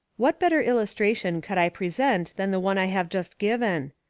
what better illustration could i present than the one i have just given?